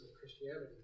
Christianity